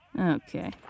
Okay